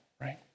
right